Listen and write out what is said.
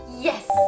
Yes